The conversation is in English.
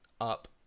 Up